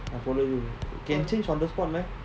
I follow you can change on the spot meh